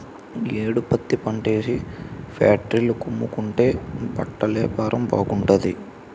ఈ యేడు పత్తిపంటేసి ఫేట్రీల కమ్ముకుంటే బట్టలేపారం బాగుంటాది